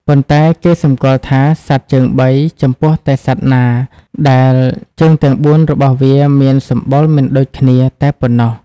ប៉ុន្តែ គេសម្គាល់ថា សត្វជើងបី ចំពោះតែសត្វណាដែលជើងទាំងបួនរបស់វាមានសម្បុរមិនដូចគ្នាតែប៉ុណ្ណោះ។